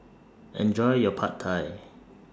Enjoy your Pad Thai